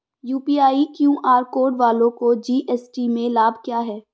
UPI QR code वालों को GST में लाभ क्या है?